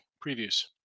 previews